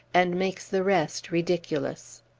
and makes the rest ridiculous.